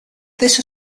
this